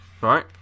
right